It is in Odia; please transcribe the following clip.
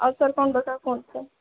ଆଉ ସାର୍ କ'ଣ ଦରକାର କୁହନ୍ତୁ